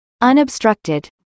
unobstructed